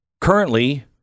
currently